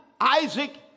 Isaac